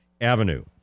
Avenue